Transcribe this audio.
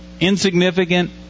Insignificant